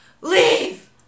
Leave